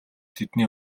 тэдний